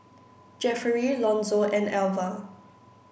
Jeffery Lonzo and Alva